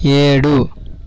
ఏడు